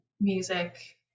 music